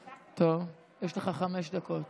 טוב, יש לך חמש דקות.